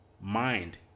mind